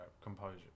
composure